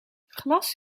glas